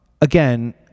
Again